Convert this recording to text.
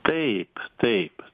taip taip